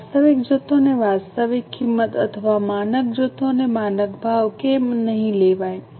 વાસ્તવિક જથ્થો અને વાસ્તવિક કિંમત અથવા માનક જથ્થો અને માનક ભાવ કેમ નહીં લેવાય